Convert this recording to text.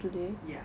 ya